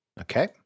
Okay